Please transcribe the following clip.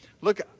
Look